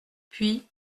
puis